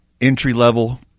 Entry-level